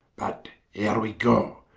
but ere we goe,